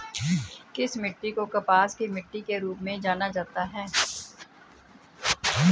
किस मिट्टी को कपास की मिट्टी के रूप में जाना जाता है?